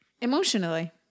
Emotionally